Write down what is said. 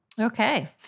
Okay